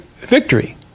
victory